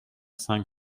cinq